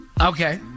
Okay